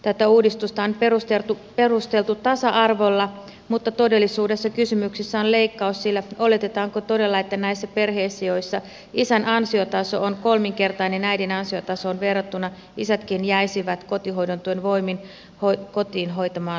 tätä uudistusta on perusteltu tasa arvolla mutta todellisuudessa kysymyksessä on leikkaus sillä oletetaanko todella että näissä perheissä joissa isän ansiotaso on kolminkertainen äidin ansiotasoon verrattuna isätkin jäisivät kotihoidon tuen voimin kotiin hoitamaan lasta